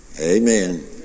Amen